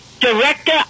Director